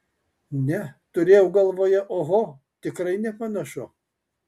ne turėjau galvoje oho tikrai nepanašu